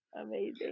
Amazing